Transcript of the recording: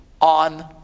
on